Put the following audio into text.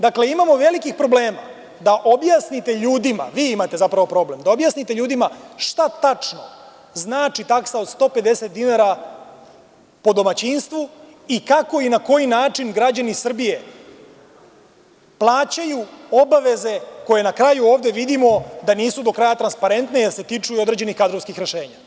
Dakle, imamo velikih problema da objasnite ljudima, vi imate zapravo problem da objasnite ljudima šta tačno znači taksa od 150 dinara po domaćinstvu i kako i na koji način građani Srbije plaćaju obaveze, koje na kraju ovde vidimo da nisu do kraja transparentne jer se tiču i određenih kadrovskih rešenja.